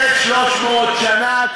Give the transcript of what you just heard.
1,300 שנה.